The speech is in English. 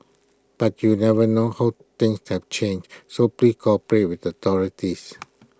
but you never know how things have changed so please cooperate with the authorities